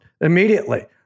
immediately